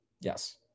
Yes